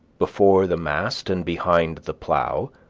before the mast and behind the plow,